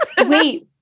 Wait